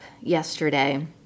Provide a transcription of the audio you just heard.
yesterday